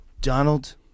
Donald